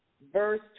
verse